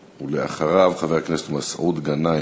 ואחריו, חבר הכנסת מסעוד גנאים.